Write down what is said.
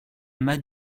mas